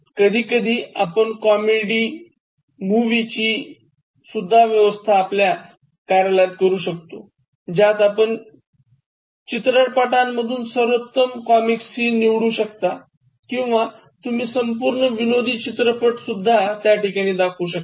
कधीकधी आपण comic movie शोची व्यवस्था करू शकतोज्यात आपण चित्रपटांमधून सर्वोत्तम कॉमिक सीन निवडू शकतो किंवा तुम्ही संपूर्ण विनोदी चित्रपट दाखवू शकता